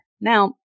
Now